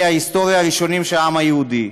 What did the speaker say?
ההיסטוריה הראשונים של העם היהודי.